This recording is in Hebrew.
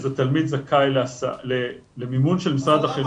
אז התלמיד זכאי למימון של משרד החינוך.